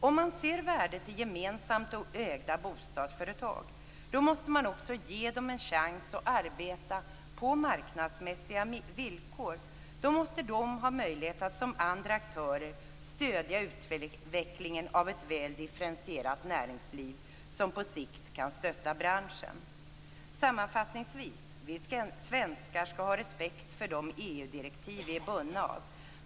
Om man ser värdet i gemensamt ägda bostadsföretag, måste man också ge dem en chans att arbeta på marknadsmässiga villkor. De måste ha möjlighet att som andra aktörer stödja utvecklingen av ett väl differentierat näringsliv som på sikt kan stötta branschen. Sammanfattningsvis: Vi svenskar skall ha respekt för de EU-direktiv som vi är bundna av.